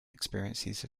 experiences